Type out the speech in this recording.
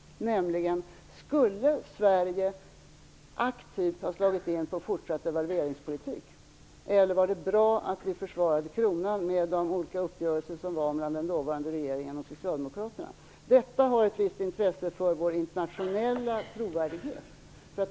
Skulle Sverige aktivt ha slagit in på en fortsatt devalveringspolitik, eller var det bra att vi försvarade kronan med de olika uppgörelser som träffades mellan dåvarande regeringen och socialdemokraterna? Detta har ett visst intresse för vår internationella trovärdighet.